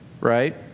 right